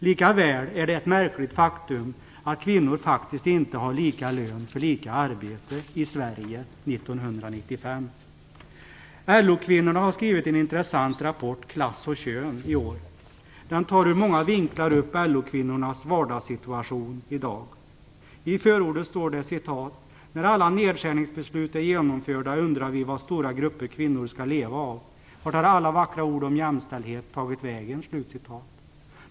Likaväl är det ett märkligt faktum att kvinnor faktiskt inte har lika lön för lika arbete - i Sverige år 1995. LO-kvinnorna har i år skrivit en intressant rapport, "Klass och kön". Den tar ur många vinklar upp LO kvinnornas vardagssituation i dag. I förordet står: "när alla nedskärningsbeslut är genomförda undrar vi vad stora grupper kvinnor skall leva av. Vart har alla vackra ord om jämställdhet tagit vägen?"